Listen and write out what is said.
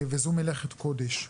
וזו מלאכת קודש.